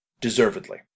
deservedly